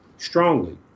Strongly